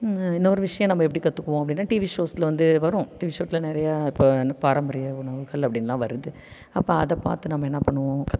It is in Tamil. இன்ன ஒரு விஷயம் நம்ம எப்படி கற்றுக்குவோம் அப்படினா டிவி ஷோஸ்ல வந்து வரும் டிவி ஷோட்ல நிறையா இப்போ பாரம்பரிய உணவுகள் அப்படிலாம் வருது அப்போ அதை பார்த்து நம்ம என்ன பண்ணுவோம் கற்றுக்குவோம்